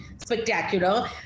spectacular